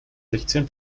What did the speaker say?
sechzehn